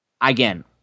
again